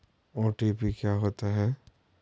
OTP क्या होता है?